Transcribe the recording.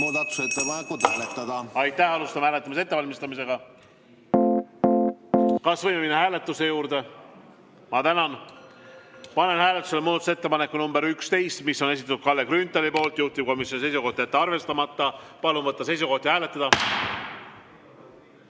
muudatusettepanekut hääletada. Aitäh! Alustame hääletamise ettevalmistamist. Kas võime minna hääletuse juurde? Ma tänan! Panen hääletusele muudatusettepaneku number 11, mille on esitanud Kalle Grünthal, juhtivkomisjoni seisukoht: jätta arvestamata. Palun võtta seisukoht ja hääletada!